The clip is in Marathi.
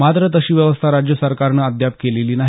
मात्र तशी व्यवस्था राज्य सरकारनं अद्याप केलेली नाही